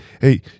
hey